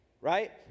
Right